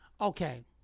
Okay